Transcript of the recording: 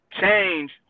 Change